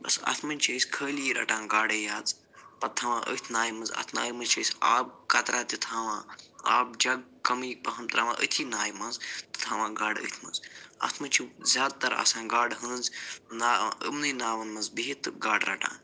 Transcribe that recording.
بس اَتھ منٛز چھِ أسۍ خٲلی رَٹان گاڈَے یاژٕ پَتہٕ تھاوان ٲتھۍ نایہِ منٛز اَتھ نایہِ منٛز چھِ أسۍ آبہٕ کترا تہِ تھاوان آبہٕ جگ کمٕے پہم ترٛاوان أتھی نایہِ منٛز تہٕ تھاوان گاڈٕ أتھۍ منٛز اَتھ منٛز چھِ زیادٕ تر آسان گاڈٕ ہٲنٛز نا یِمنٕے ناون منٛز بِہتھ تہٕ گاڈٕ رَٹان